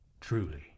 Truly